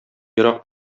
ерак